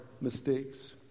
mistakes